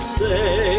say